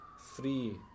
three